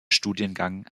studiengang